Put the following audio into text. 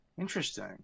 interesting